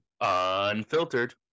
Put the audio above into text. Unfiltered